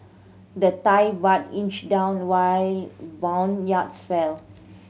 the Thai Baht inched down while bond yields fell